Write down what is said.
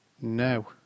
No